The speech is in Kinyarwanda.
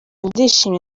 ndishimye